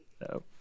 No